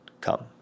come